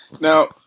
Now